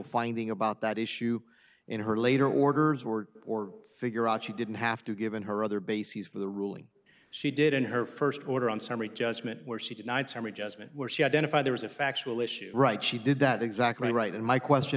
finding about that issue in her later orders were or figure out she didn't have to give in her other bases for the ruling she did in her first order on summary judgment where she denied summary judgment where she identified there was a factual issue right she did that exactly right and my question